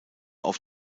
auf